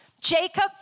Jacob